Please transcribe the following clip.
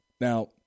Now